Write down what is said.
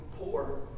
poor